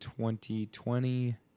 2020